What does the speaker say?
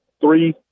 three